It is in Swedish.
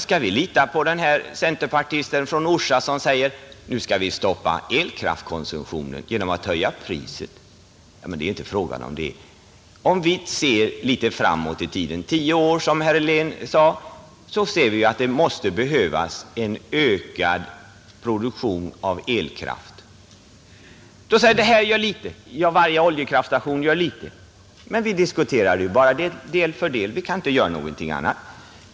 Skall vi lita på centerpartisten från Orsa som säger, att nu skall vi minska elkraftkonsumtionen genom att höja priset? Ja, men det är inte fråga om det. Om vi ser litet framåt i tiden — tio år, som herr Helén sade — kan vi konstatera att det behövs en ökad produktion av elkraft. Då säger man: Det här gör litet. Ja, varje oljekraftstation gör litet. Men vi diskuterar ju bara del för del; vi kan inte göra någonting annat.